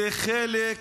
זה חלק